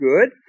good